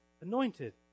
anointed